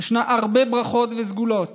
ישנן הרבה ברכות וסגולות